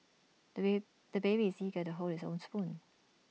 the bay the baby is eager to hold his own spoon